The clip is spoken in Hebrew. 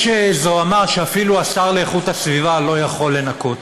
יש זוהמה שאפילו השר לאיכות הסביבה לא יכול לנקות.